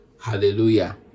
Hallelujah